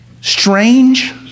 strange